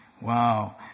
Wow